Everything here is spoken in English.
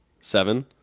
Seven